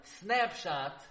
snapshot